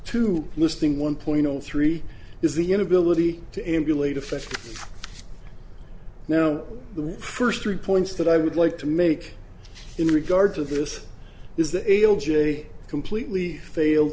to listing one point three is the inability to emulate effect now the first three points that i would like to make in regard to this is the abel j completely failed